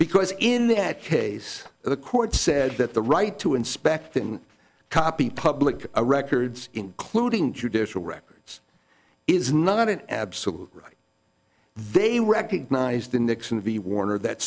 because in that case the court said that the right to inspect and copy public records including judicial records is not an absolute right they recognize the nixon v warner that